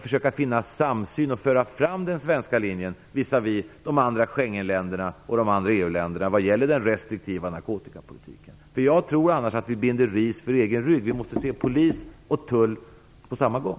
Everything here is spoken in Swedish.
försöka få till stånd en samsyn och föra fram den svenska linjen visavi övriga Schengenländer och EU-länder när det gäller den restriktiva narkotikapolitiken? Jag tror att vi annars binder ris åt vår egen rygg. Vi måste se polis och tull på samma gång.